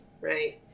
right